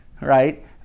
right